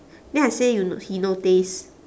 then I say you n~ he no taste